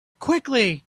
quickly